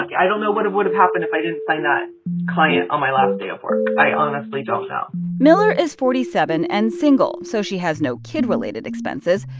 i don't know what would have happened if i didn't sign that client on my last day of work. i honestly don't know miller is forty seven and single, so she has no kid-related expenses,